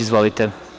Izvolite.